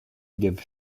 give